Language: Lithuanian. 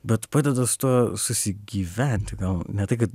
bet padeda su tuo susigyventi gal ne tai kad